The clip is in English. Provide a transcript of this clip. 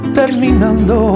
terminando